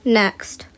next